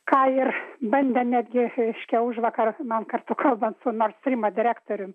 ką ir bandė netgi miške užvakar man kartą kalban su nord strymo direktorium